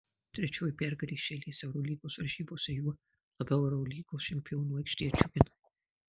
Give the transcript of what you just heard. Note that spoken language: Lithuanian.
trečioji pergalė iš eilės eurolygos varžybose juo labiau eurolygos čempionų aikštėje džiugina